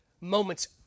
moments